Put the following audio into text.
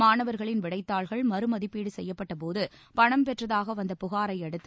மாணவர்களின் விடைத்தாள்கள் மறுமதிப்பீடு செய்யப்பட்ட போது பணம் பெற்றதாக வந்த புகாரையடுத்து